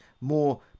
more